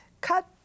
Cut